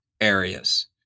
areas